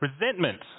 resentment